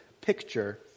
picture